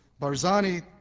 Barzani